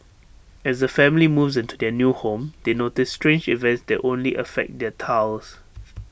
as A family moves into their new home they notice strange events that only affect their tiles